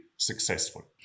successful